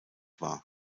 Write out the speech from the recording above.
war